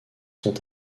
sont